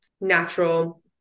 natural